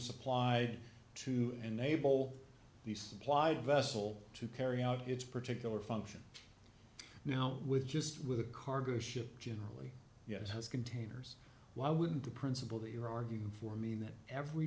supplied to enable the supply vessel to carry out its particular function now with just with a cargo ship generally yes containers why wouldn't the principle that you're arguing for mean